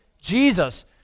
Jesus